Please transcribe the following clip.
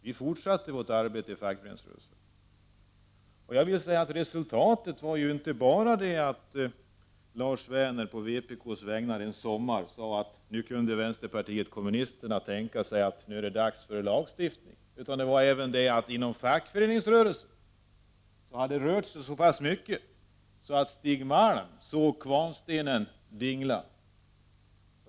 Vi fortsatte vårt arbete i fackföreningsrörelsen. Resultatet var ju inte bara att Lars Werner på vpk:s vägnar en sommar sade att vänsterpartiet kommunisterna kunde tänka sig att det nu var dags för lagstiftning. Även inom fackföreningsrörelsen hade det rört sig så pass mycket att Stig Malm såg kvarnstenen dingla.